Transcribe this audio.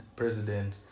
president